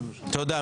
תודה.